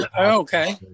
okay